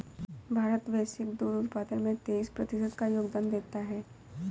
भारत वैश्विक दुग्ध उत्पादन में तेईस प्रतिशत का योगदान देता है